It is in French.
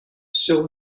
sur